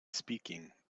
speaking